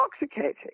intoxicating